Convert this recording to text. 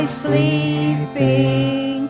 sleeping